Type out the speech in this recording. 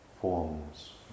forms